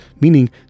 meaning